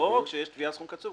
או כשיש תביעה על סכום קצוב,